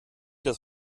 das